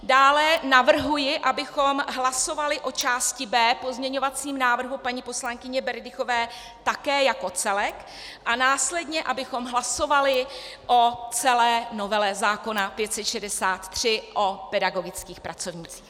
Dále navrhuji, abychom hlasovali o části B pozměňovacího návrhu paní poslankyně Berdychové také jako celek, a následně abychom hlasovali o celé novele zákona 563, o pedagogických pracovnících.